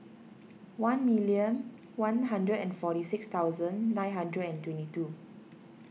one million one hundred and forty six thousand nine hundred and twenty two